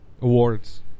Awards